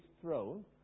throne